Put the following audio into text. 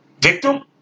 victim